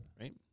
Right